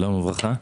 שלום וברכה.